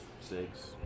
six